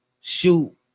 shoot